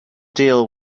deal